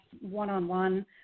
one-on-one